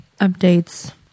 Updates